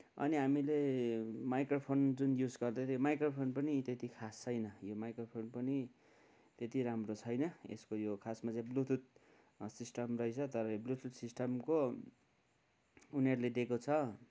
अनि हामीले माइक्रोफोन जुन युज गर्दै थियौँ माइक्रोफोन पनि त्यति खास छैन यो माइक्रोफोन पनि त्यति राम्रो छैन यसको यो खासमा चाहिँ ब्लुतुथ सिस्टम रहेछ तर यो ब्लुतुथ सिस्टमको उनीहरूले दिएको छ